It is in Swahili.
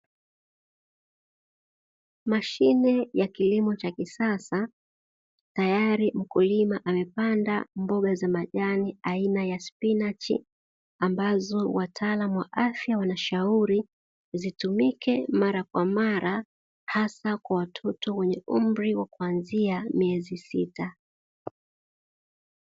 Mashine ya kilimo cha kisasa, tayari mkulima amepanda mboga za majani aina ya spinachi ambazo wataalamu wa afya wanashauri zitumike mara kwa mara hasa kwa watoto wenye umri wa kuanzia miezi sita.